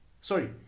sorry